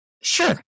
Sure